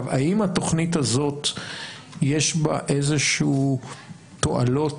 האם התכנית הזאת יש בה איזה שהן תועלות